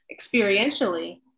Experientially